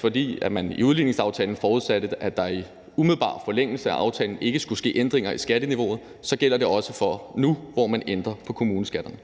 fordi man i udligningsaftalen forudsatte, at der i umiddelbar forlængelse af aftalen ikke skulle ske ændringer i skatteniveauet, så gælder det også for nu, hvor man ændrer på kommuneskatterne.